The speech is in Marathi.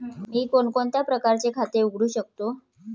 मी कोणकोणत्या प्रकारचे खाते उघडू शकतो?